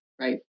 Right